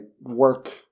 work